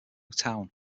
town